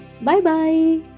Bye-bye